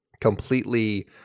completely